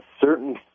certain